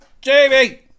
Jamie